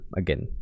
again